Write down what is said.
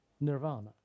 nirvana